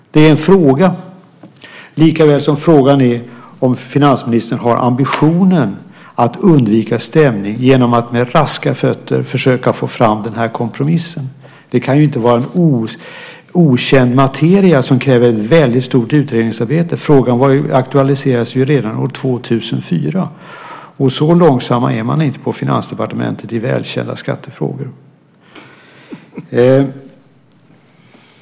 Det är en fråga. Har finansministern ambitionen att undvika stämning genom att med hjälp av raska fötter försöka få fram kompromissen? Det kan inte vara en okänd materia som kräver stort utredningsarbete. Frågan aktualiserades redan år 2004. Så långsam är man inte på Finansdepartementet i välkända skattefrågor.